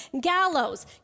gallows